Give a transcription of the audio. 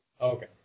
Okay